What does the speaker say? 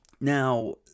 Now